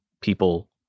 people